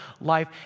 life